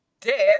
death